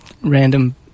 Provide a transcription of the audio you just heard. random